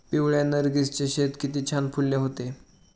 पिवळ्या नर्गिसचे शेत किती छान फुलले होते